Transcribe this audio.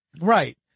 Right